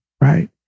right